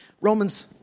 Romans